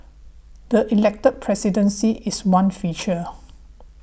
the elected presidency is one feature